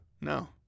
No